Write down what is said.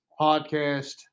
podcast